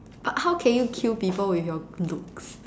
but how can you kill people with your looks